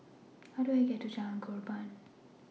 How Do I get to Jalan Korban